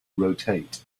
rotate